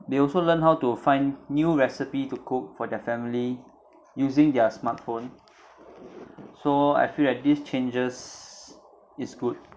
they also learn how to find new recipe to cook for their family using their smartphone so I feel that these changes is good